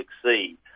succeed